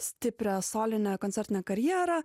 stiprią solinę koncertinę karjerą